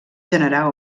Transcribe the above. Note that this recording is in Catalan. generar